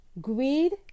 greed